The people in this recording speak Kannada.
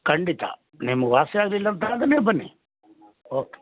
ಖಂಡಿತ ನಿಮ್ಗೆ ವಾಸಿ ಆಗ್ಲಿಲ್ಲಪ್ಪಾಂದ್ರೆ ನೀವು ಬನ್ನಿ ಓಕೆ